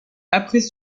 après